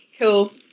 Cool